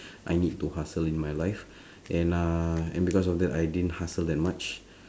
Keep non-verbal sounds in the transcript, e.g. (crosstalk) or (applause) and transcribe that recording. (breath) I need to hustle in my life (breath) and uh and because of that I didn't hustle that much